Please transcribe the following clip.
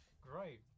Great